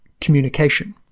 communication